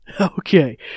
Okay